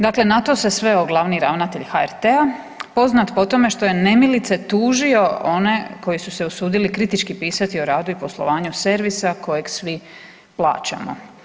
Dakle, na to se sveo glavni ravnatelj HRT-a, poznat po tome što je nemilice tužio one koji su se usudili kritički pisati o radu i poslovanju servisa kojeg svi plaćamo.